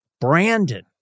Brandon